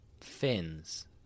fins